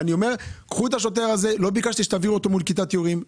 לא ביקשתי שתביאו את השוטר הזה מול כיתת יורים,